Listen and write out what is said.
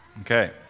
Okay